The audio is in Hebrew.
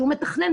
שהוא מתכנן,